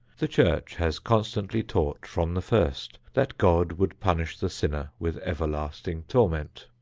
the church has constantly taught from the first that god would punish the sinner with everlasting torment.